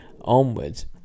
onwards